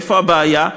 איפה הבעיה?